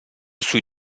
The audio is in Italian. sui